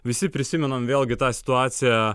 visi prisimenam vėlgi tą situaciją